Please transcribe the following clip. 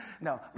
No